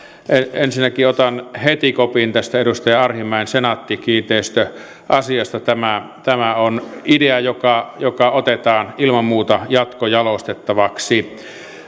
ensinnäkin otan heti kopin tästä edustaja arhinmäen senaatti kiinteistöt asiasta tämä tämä on idea joka joka otetaan ilman muuta jatkojalostettavaksi